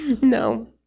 No